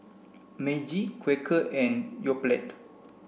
Meiji Quaker and Yoplait